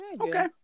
okay